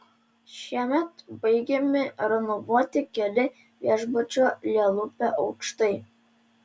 šiemet baigiami renovuoti keli viešbučio lielupe aukštai